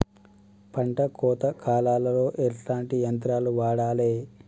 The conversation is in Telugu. పంట కోత కాలాల్లో ఎట్లాంటి యంత్రాలు వాడాలే?